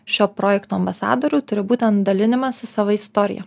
šio projekto ambasadorių turi būtent dalinimasis savo istorija